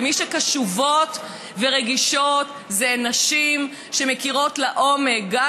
ומי שקשובות ורגישות הן נשים שמכירות לעומק את